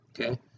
Okay